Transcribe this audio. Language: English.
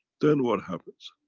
then what happens?